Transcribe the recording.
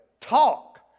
talk